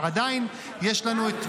אז עדיין יש לנו את וירא.